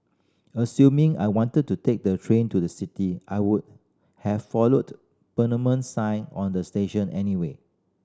assuming I wanted to take the train to the city I would have followed permanent sign on the station anyway